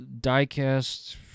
diecast